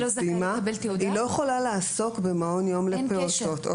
לא יכולה לעסוק במעון יום לפעוטות.